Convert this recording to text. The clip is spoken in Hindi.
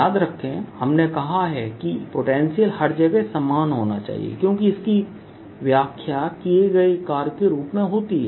याद रखें हमने कहा है कि पोटेंशियल हर जगह समान होना चाहिए क्योंकि इसकी व्याख्या किए गए कार्य के रूप में होती है